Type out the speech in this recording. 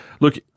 Look